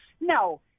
No